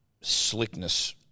slickness